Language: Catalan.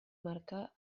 marcar